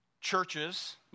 Churches